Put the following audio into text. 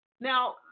now